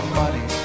money